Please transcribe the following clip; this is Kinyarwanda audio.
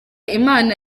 imana